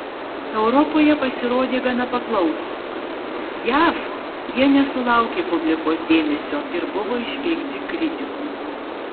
europoje pasirodė gana paklausūs jav jie nesulaukė publikos dėmesio ir buvo išpeikti kritikų